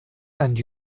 and